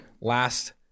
Last